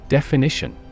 Definition